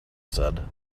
said